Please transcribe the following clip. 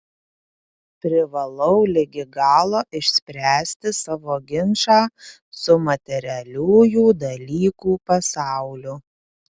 privalau ligi galo išspręsti savo ginčą su materialiųjų dalykų pasauliu